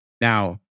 Now